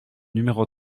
numéro